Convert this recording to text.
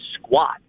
squat